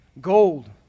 gold